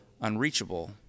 unreachable